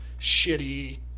shitty